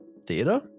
theater